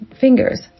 fingers